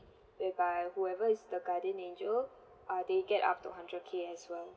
whereby whoever is the guardian angel uh they get up to hundred K as well